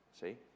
See